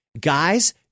Guys